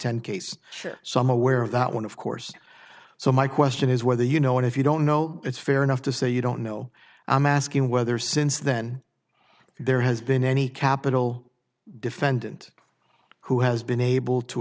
ten case some aware of that one of course so my question is whether you know if you don't know it's fair enough to say you don't know i'm asking whether since then there has been any capital defendant who has been able to